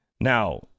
Now